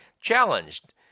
challenged